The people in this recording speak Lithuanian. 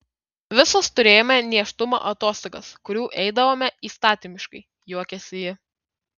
visos turėjome nėštumo atostogas kurių eidavome įstatymiškai juokėsi ji